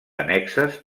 annexes